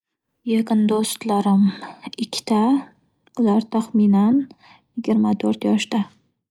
Yaqin do'stalarim ikkita. Ular taxminan yigirma to'rt yoshda.